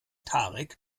tarek